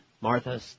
Martha